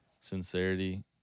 Sincerity